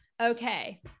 okay